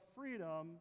freedom